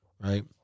right